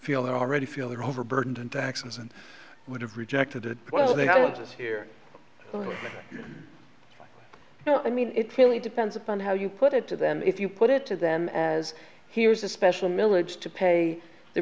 feel they already feel they're overburdened in taxes and would have rejected it well they have all of us here well i mean it really depends upon how you put it to them if you put it to them as here's a special milage to pay the